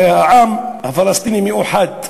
הרי העם הפלסטיני מאוחד,